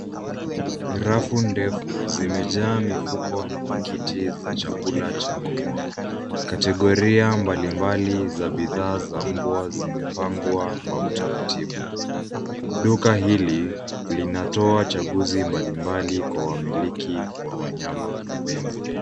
Rafu ndefu zimejaa mifuko na pakiti za chakula cha mbwa. Kategoria mbalimbali za bidhaa za mbwa zimepangwa kwa utaratibu. Duka hili linatoa chaguzi mbalimbali kwa wamiliki wa wanyama vipenzi.